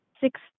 six